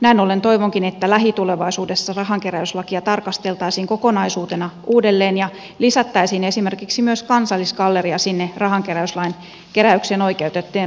näin ollen toivonkin että lähitulevaisuudessa rahankeräyslakia tarkasteltaisiin kokonaisuutena uudelleen ja lisättäisiin esimerkiksi myös kansallisgalleria sinne rahankeräyslain keräyksiin oikeutettujen tahojen joukkoon mukaan